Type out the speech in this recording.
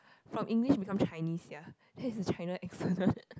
from English become Chinese sia then is China accent one